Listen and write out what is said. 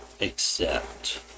accept